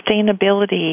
sustainability